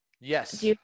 Yes